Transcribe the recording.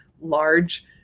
large